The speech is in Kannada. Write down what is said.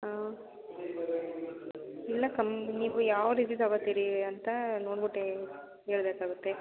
ಹಾಂ ಇಲ್ಲ ಕಮ್ಮಿ ನೀವು ಯಾವ ರೀತಿ ತಗೋತೀರಿ ಅಂತ ನೋಡಿಬಿಟ್ಟು ಹೇಳ್ಬೇಕಾಗುತ್ತೆ